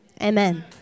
Amen